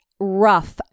rough